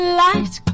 light